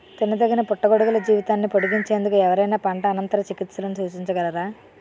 తినదగిన పుట్టగొడుగుల జీవితాన్ని పొడిగించేందుకు ఎవరైనా పంట అనంతర చికిత్సలను సూచించగలరా?